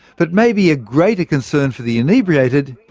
but maybe a greater concern for the inebriated,